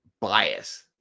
bias